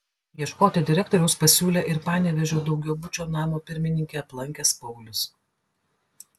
ieškoti direktoriaus pasiūlė ir panevėžio daugiabučio namo pirmininkę aplankęs paulius